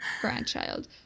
Grandchild